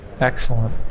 Excellent